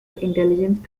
intelligence